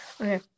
okay